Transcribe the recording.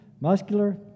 muscular